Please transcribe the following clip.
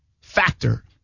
factor